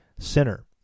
sinner